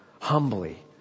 humbly